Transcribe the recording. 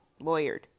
Lawyered